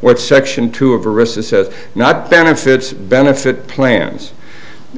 what section two of arista says not benefits benefit plans